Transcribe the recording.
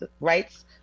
Rights